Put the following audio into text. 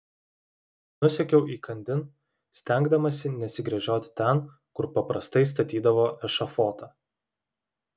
nusekiau įkandin stengdamasi nesigręžioti ten kur paprastai statydavo ešafotą